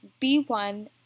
B1